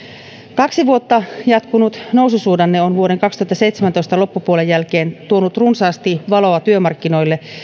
kaksi vuotta jatkunut noususuhdanne on vuoden kaksituhattaseitsemäntoista loppupuolen jälkeen tuonut runsaasti valoa työmarkkinoille